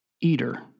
eater